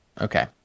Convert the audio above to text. Okay